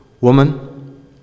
Woman